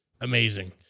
amazing